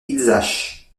illzach